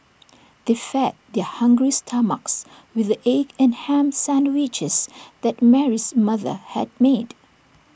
they fed their hungry stomachs with the egg and Ham Sandwiches that Mary's mother had made